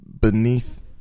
beneath